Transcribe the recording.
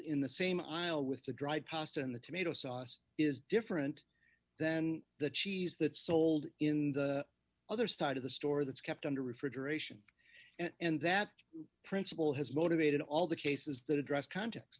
in the same aisle with the dried pasta in the tomato sauce is different than the cheese that sold in the other side of the store that's kept under refrigeration and that principle has motivated all the cases that address context